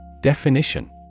Definition